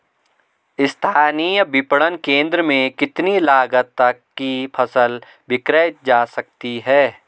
स्थानीय विपणन केंद्र में कितनी लागत तक कि फसल विक्रय जा सकती है?